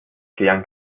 klären